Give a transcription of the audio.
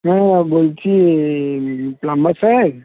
হ্যাঁ বলছি প্লাম্বার সাহেব